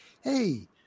hey